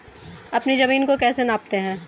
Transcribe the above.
अपनी जमीन को कैसे नापते हैं?